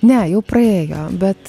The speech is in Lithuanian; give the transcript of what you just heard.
ne jau praėjo bet